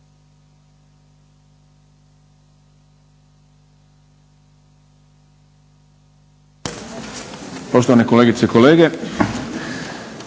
Hvala i vama.